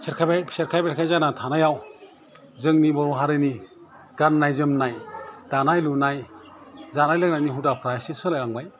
सेरखायबाय सेरखाय बेरखाय जानानै थानायाव जोंनि बर' हारिनि गान्नाय जोमनाय दानाय लुनाय जानाय लोंनायनि हुदाफ्रा एसे सोलायलांबाय